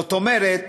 זאת אומרת,